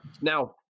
now